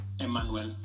Emmanuel